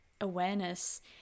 awareness